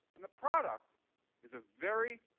and the product is a very,